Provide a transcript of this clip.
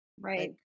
right